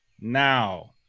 now